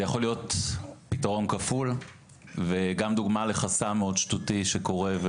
זה יכול להיות פתרון כפול וגם דוגמה לחסם מאוד שטותי שקורה,